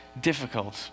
difficult